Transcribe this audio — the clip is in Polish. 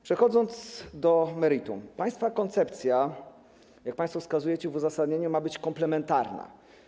Przechodząc do meritum: państwa koncepcja, jak państwo wskazujecie w uzasadnieniu, ma być komplementarna.